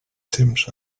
temps